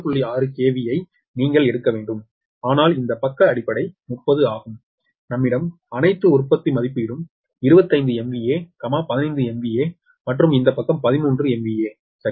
6 KVயை நீங்கள் எடுக்க வேண்டும் ஆனால் இந்த பக்க அடிப்படை 30 ஆகும் நம்மிடம் அனைத்து உற்பத்தி மதிப்பீடும் 25 MVA 15 MVA மற்றும் இந்த பக்கம் 13 MVA சரியா